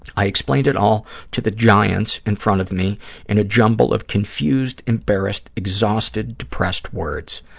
i explained it all to the giants in front of me in a jumble of confused, embarrassed, exhausted, depressed words,